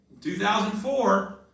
2004